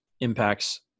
impacts